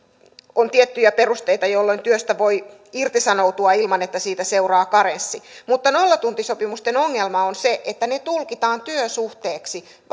on tiettyjä perusteita jolloin työstä voi irtisanoutua ilman että siitä seuraa karenssi mutta nollatuntisopimusten ongelma on se että ne tulkitaan työsuhteeksi